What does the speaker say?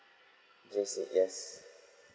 J_C yes